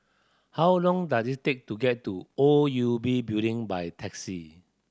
how long does it take to get to O U B Building by taxi